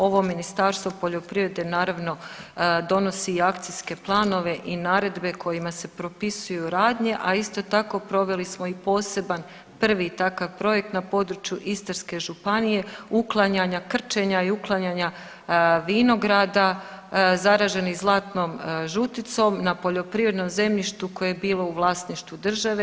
Ovo Ministarstvo poljoprivrede, naravno, donosi i akcijske planove i naredbe kojima se propisuju radnje, a isto tako, proveli smo i poseban prvi takav projekt na području Istarske županije uklanjanja, krčenja i uklanjanja vinograda, zaraženih zlatnom žuticom na poljoprivrednom zemljištu koje je bilo u vlasništvu države.